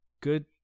good